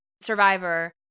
Survivor